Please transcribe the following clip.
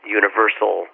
universal